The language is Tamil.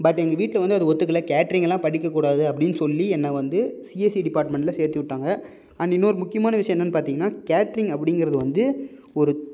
பட் எங்கள் வீட்டில் வந்து அது ஒத்துக்கலை கேட்ரிங்கெலாம் படிக்க கூடாது அப்படின்னு சொல்லி என்னை வந்து சிஎஸ்சி டிபார்ட்மெண்ட்டில் சேர்த்தி விட்டாங்க அண்ட் இன்னொரு முக்கியமான விஷயம் என்னென்னு பார்த்தீங்கன்னா கேட்ரிங் அப்படிங்கிறது வந்து ஒரு